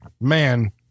man